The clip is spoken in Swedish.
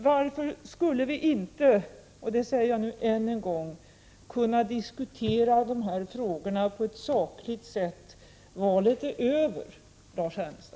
Varför skulle vi inte — det frågar jag nu än en gång — kunna diskutera de här frågorna på ett sakligt sätt? Valet är över, Lars Ernestam!